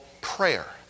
prayer